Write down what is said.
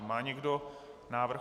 Má někdo návrh?